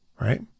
Right